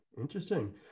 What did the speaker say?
Interesting